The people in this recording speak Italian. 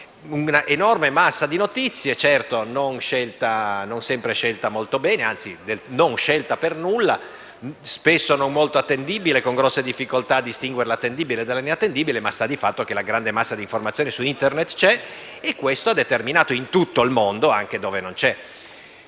una enorme massa di notizie, certo non sempre scelte bene, addirittura per nulla, spesso non molto attendibili e con grande difficoltà a distinguere l'attendibile dall'inattendibile. Ma sta di fatto che la grande massa di informazioni su Internet c'è, e questo ha determinato in tutto il mondo, anche nei Paesi dove non c'è